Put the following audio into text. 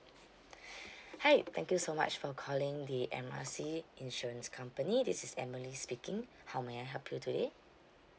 hi thank you so much for calling the M R C insurance company this is emily speaking how may I help you today